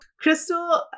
Crystal